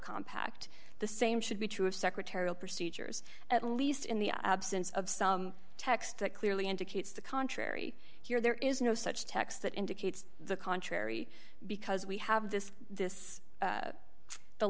compact the same should be true of secretarial procedures at least in the absence of some text that clearly indicates the contrary here there is no such text that indicates the contrary because we have this this